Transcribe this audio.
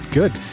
good